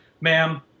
Ma'am